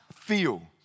feel